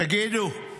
תגידו,